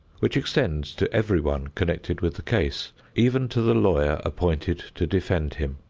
which extends to everyone connected with the case, even to the lawyer appointed to defend him.